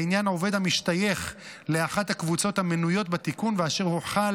לעניין עובד המשתייך לאחת הקבוצות המנויות בתיקון ואשר כבר הוחל